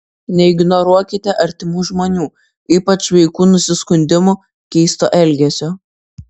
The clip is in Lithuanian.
neignoruokite artimų žmonių ypač vaikų nusiskundimų keisto elgesio